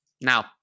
Now